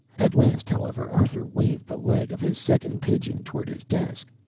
at last, however, arthur waved the leg of his second pigeon toward his desk.